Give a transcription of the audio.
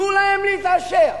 תנו להם להתעשר,